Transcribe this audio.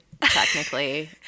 technically